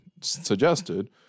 suggested